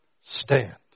Stand